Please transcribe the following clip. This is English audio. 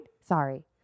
Sorry